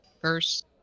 first